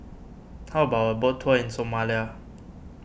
how about a boat tour in Somalia